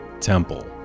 temple